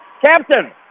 Captain